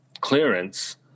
clearance